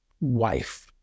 wife